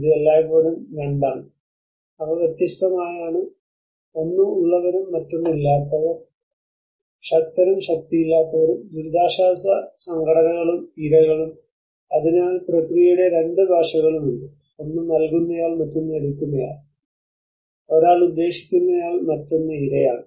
ഇത് എല്ലായ്പ്പോഴും 2 ആണ് അവ വ്യത്യസ്തമായവയാണ് ഒന്ന് ഉള്ളവരും മറ്റൊന്ന് ഇല്ലാത്തവർ ശക്തരും ശക്തിയില്ലാത്തവരും ദുരിതാശ്വാസ സംഘടനകളും ഇരകളും അതിനാൽ പ്രക്രിയയുടെ 2 ഭാഷകളും ഉണ്ട് ഒന്ന് നൽകുന്നയാൾ മറ്റൊന്ന് എടുക്കുന്നയാൾ ഒരാൾ ഉദ്ദേശിക്കുന്നയാൾ മറ്റൊന്ന് ഇരയാണ്